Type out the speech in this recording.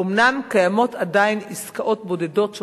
אומנם קיימות עדיין עסקאות בודדות של